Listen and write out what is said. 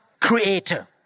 creator